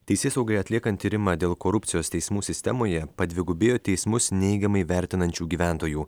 teisėsaugai atliekant tyrimą dėl korupcijos teismų sistemoje padvigubėjo teismus neigiamai vertinančių gyventojų